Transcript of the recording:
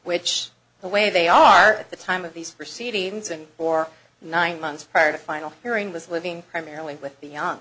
the way they are at the time of these proceedings and for nine months prior to final hearing was living primarily with the young